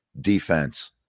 defense